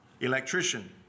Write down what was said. Electrician